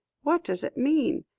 what does it mean?